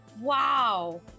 Wow